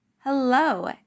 Hello